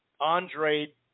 Andre